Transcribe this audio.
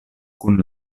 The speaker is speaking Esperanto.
kun